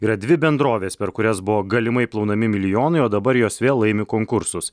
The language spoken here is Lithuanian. yra dvi bendrovės per kurias buvo galimai plaunami milijonai o dabar jos vėl laimi konkursus